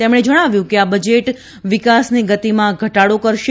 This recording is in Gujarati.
તેમણે જણાવ્યું કે આ બજેટ વિકાસની ગતિમાં ઘટાડો કરશે